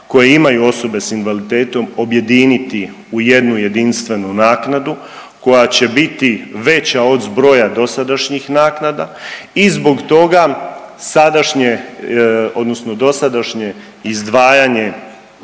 koje imaju osobe s invaliditetom objediniti u jednu jedinstvenu naknadu koja će biti veća od zbroja dosadašnjih naknada i zbog toga sadašnje odnosno dosadašnje izdvajanje